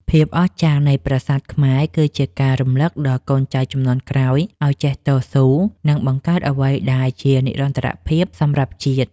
ភាពអស្ចារ្យនៃប្រាសាទខ្មែរគឺជាការរំឮកដល់កូនចៅជំនាន់ក្រោយឱ្យចេះតស៊ូ និង បង្កើតអ្វីដែលជានិរន្តរភាពសម្រាប់ជាតិ។